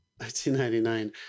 1999